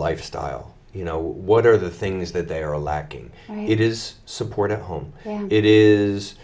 lifestyle you know what are the things that they are lacking it is support at home it is